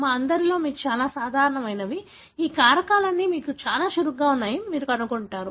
మా అందరిలో మీకు చాలా సాధారణమైనవి ఈ కారకాలన్నీ మీకు చాలా చురుకుగా ఉన్నాయని మీరు కనుగొంటారు